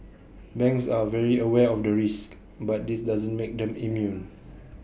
banks are very aware of the risks but this doesn't make them immune